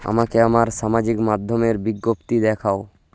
আমাকে আমার সামাজিক মাধ্যমের বিজ্ঞপ্তি দেখাও